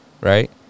right